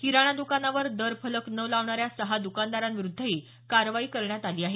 किराणा दुकानावर दर फलक न लावणाऱ्या सहा दुकानदारांविरुद्धही कारवाई करण्यात आली आहे